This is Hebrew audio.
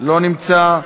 לא נמצא,